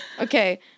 Okay